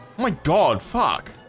my god fuck